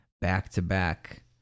back-to-back